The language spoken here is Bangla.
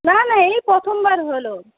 না না এই প্রথমবার হল